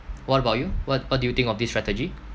what about you what what do you think of this strategy